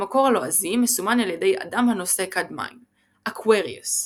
במקור הלועזי מסומל על ידי אדם הנושא כד מים – "Aquarius".